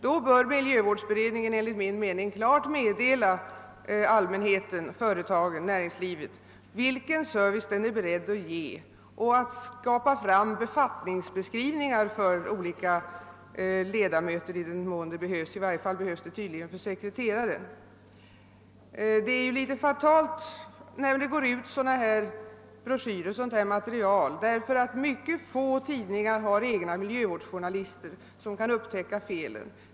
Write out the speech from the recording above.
Då bör miljövårdsberedningen enligt min mening klart meddela allmänheten, företagen och näringslivet vilken service den är beredd att ge samt skaffa fram befattningsbeskrivningar för olika ledamöter i den mån de behövs. I varje fall behövs de tydligen för sekreteraren. Det är ju litet fatalt när sådana här broschyrer och sådant här material går ut. Mycket få tidningar har egna miljövårdsjournalister, som kan upptäcka felen.